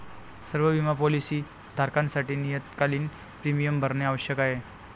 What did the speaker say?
सर्व बिमा पॉलीसी धारकांसाठी नियतकालिक प्रीमियम भरणे आवश्यक आहे